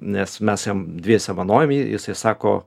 nes mes jam dviese vanojom jį jisai sako